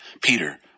Peter